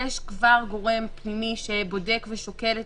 יש כבר גורם פנימי שבודק ושוקל את